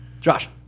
Josh